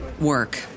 work